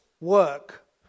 work